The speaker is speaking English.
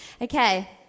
Okay